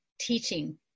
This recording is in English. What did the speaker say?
teaching